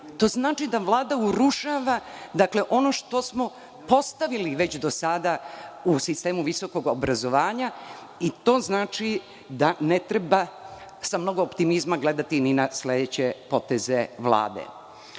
to znači da Vlada urušava ono što smo postavili već do sada u sistemu visokog obrazovanja i to znači da ne treba sa mnogo optimizma gledati ni na sledeće poteze Vlade. Mene